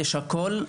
יש הכול,